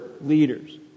leaders